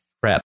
prep